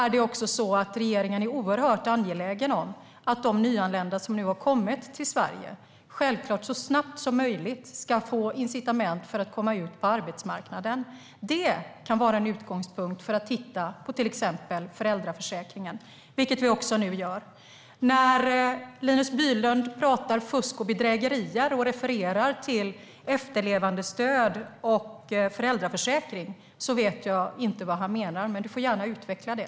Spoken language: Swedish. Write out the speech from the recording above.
Regeringen är mycket angelägen om att de nyanlända som har kommit till Sverige så snabbt som möjligt ska få incitament för att komma ut på arbetsmarknaden. Det kan vara en utgångspunkt för att titta på till exempel föräldraförsäkringen, vilket vi nu gör. När Linus Bylund talar om fusk och bedrägerier och refererar till efterlevandestöd och föräldraförsäkring vet jag inte vad han menar. Han får gärna utveckla det.